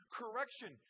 correction